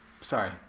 Sorry